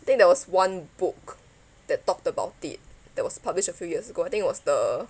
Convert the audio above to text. then there was one book that talked about it that was published a few years ago I think it was the